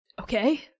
Okay